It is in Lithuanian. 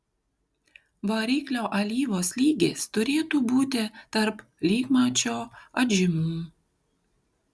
variklio alyvos lygis turėtų būti tarp lygmačio atžymų